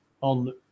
on